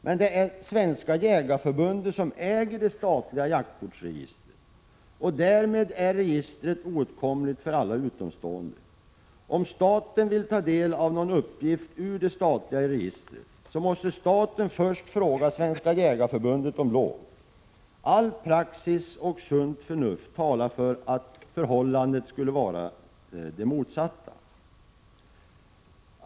Men det är Svenska jägareförbundet som äger det statliga jaktkortsregistret. Därmed är registret oåtkomligt för alla utomstående. Om staten vill ta del av någon uppgift ur det statliga registret, måste staten först fråga Svenska jägareförbundet om lov. All praxis och sunt förnuft talar för att förhållandet skall vara det motsatta.